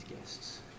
guests